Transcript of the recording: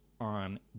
on